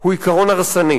הוא עיקרון הרסני.